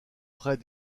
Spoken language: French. près